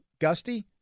Gusty